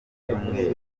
cyumweru